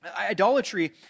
idolatry